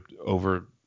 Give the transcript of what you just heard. over